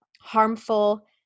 harmful